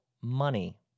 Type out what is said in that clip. Money